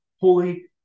holy